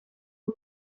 who